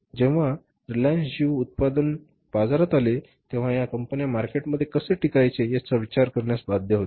जेव्हा Reliance JIO उत्पादन बाजारात आले तेव्हा या कंपन्या मार्केटमध्ये कसे टिकायचे याचा विचार करण्यास बाध्य होत्या